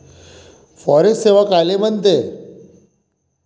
Forex सेवा कायले म्हनते?